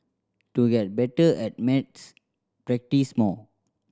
to get better at maths practise more